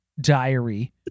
diary